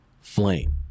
flame